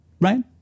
right